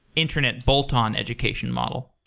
internet bolt-on education model?